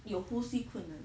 有呼吸困难